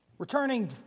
Returning